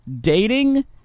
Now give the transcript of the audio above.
dating